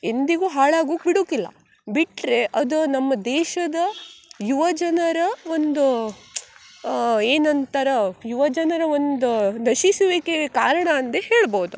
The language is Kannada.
ಎಂದಿಗೂ ಹಾಳಾಗುಕ್ಕೆ ಬಿಡುಕ್ಕಿಲ್ಲ ಬಿಟ್ಟರೆ ಅದು ನಮ್ಮ ದೇಶದ ಯುವಜನರ ಒಂದು ಏನಂತಾರ ಯುವಜನರ ಒಂದು ನಶಿಸುವಿಕೆಗೆ ಕಾರಣ ಎಂದೇ ಹೇಳ್ಬೌದು